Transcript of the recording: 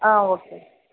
ஆ okay